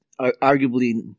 arguably